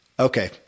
okay